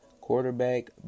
quarterback